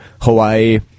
Hawaii